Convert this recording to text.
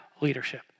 leadership